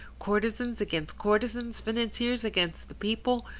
courtesans against courtesans, financiers against the people,